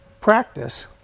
practice